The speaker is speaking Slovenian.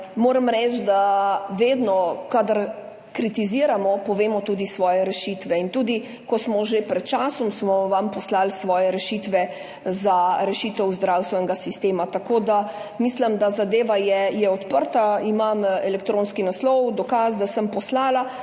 Moram reči, da vedno, kadar kritiziramo, povemo tudi svoje rešitve in tudi pred časom smo vam poslali svoje rešitve za rešitev zdravstvenega sistema, tako da mislim, da je zadeva odprta, imam elektronski naslov, dokaz, da sem poslala,